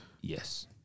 Yes